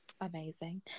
amazing